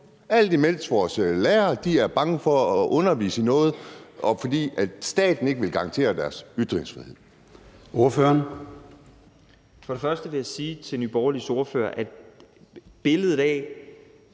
alt imens vores lærere er bange for at undervise i noget, fordi staten ikke vil garantere deres ytringsfrihed.